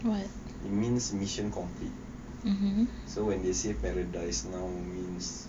it means mission complete so when they say paradise now means